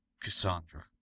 Cassandra